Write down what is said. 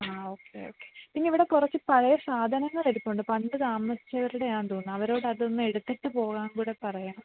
ആ okay okay പിന്നെ ഇവിടെ കുറച്ച് പഴയ സാധനങ്ങളിരിപ്പുണ്ട് പണ്ട് തമാസിച്ചവരുടെ ആണെന്ന് തോന്നുന്നു അവരോട് അതൊന്ന് എടുത്തിട്ട് പോകാൻ കൂടെ പറയണം